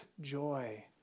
joy